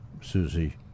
Susie